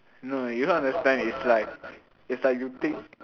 no you don't understand it's like it's like you think